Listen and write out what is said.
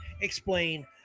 explain